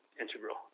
integral